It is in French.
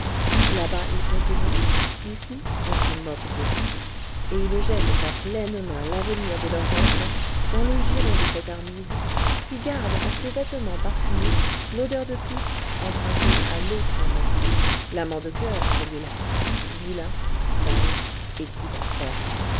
là-bas ils sont aimés ici on se moque d'eux et ils jettent à pleines mains l'avenir de leurs enfants dans le giron de cette armide qui garde à ses vêtements parfumés l'odeur de pipe empruntée à l'autre amant l'amant de coeur celui-là vilain sale et qui bat ferme